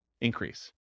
increase